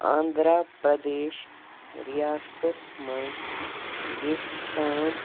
آنٛدھرا پرٛدیش ریاستس مَنٛز